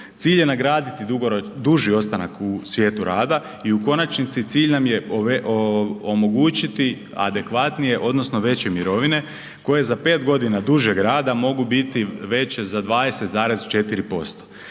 Cilj je nagraditi duži ostanak u svijetu rada i u konačnici cilj nam je omogućiti adekvatnije odnosno veće mirovine koje za pet godina dužeg rada mogu biti veće za 20,4%.